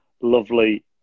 lovely